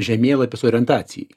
žemėlapis orientacijai